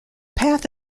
path